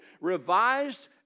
revised